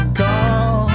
call